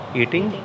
eating